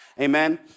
amen